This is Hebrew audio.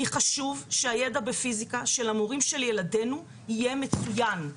כי חשוב שהידע בפיזיקה של המורים של ילדינו יהיה מצוין.